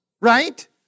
right